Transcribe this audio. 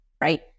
right